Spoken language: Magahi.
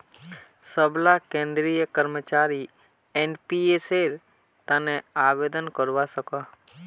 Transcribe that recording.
सबला केंद्रीय कर्मचारी एनपीएसेर तने आवेदन करवा सकोह